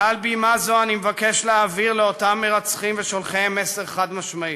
מעל בימה זו אני מבקש להעביר לאותם מרצחים ושולחיהם מסר חד-משמעי: